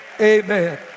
Amen